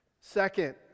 Second